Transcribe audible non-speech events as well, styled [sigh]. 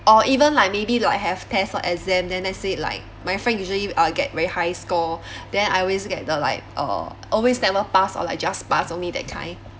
or even like maybe like have test or exam then let's say like my friend usually uh get very high score [breath] then I always get the like uh always never past or like just pass only that kind